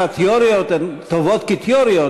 כל שאר התיאוריות הן טובות כתיאוריות,